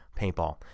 Paintball